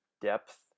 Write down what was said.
depth